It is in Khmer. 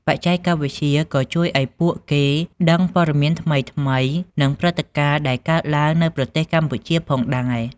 បច្ចេកវិទ្យាក៏ជួយឲ្យពួកគេដឹងព័ត៌មានថ្មីៗ និងព្រឹត្តិការណ៍ដែលកើតឡើងនៅប្រទេសកម្ពុជាផងដែរ។